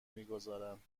میگذارند